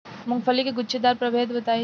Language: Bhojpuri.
मूँगफली के गूछेदार प्रभेद बताई?